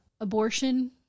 abortion